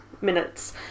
Minutes